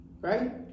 right